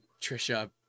Trisha